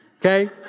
okay